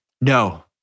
No